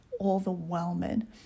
overwhelming